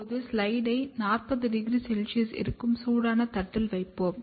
இப்போது ஸ்லைடை 40º செல்சியஸில் இருக்கும் சூடான தட்டில் வைப்போம்